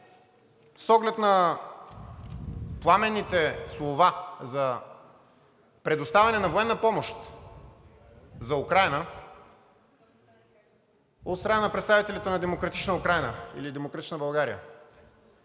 с оглед на пламенните слова за предоставяне на военна помощ за Украйна от страна на представителите на „Демократична Украйна“ или на „Демократична България“,